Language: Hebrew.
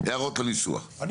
הערות לניסוח, לנוסח.